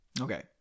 Okay